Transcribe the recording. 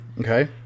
Okay